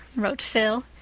wrote phil.